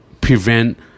prevent